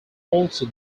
also